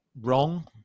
wrong